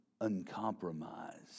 uncompromised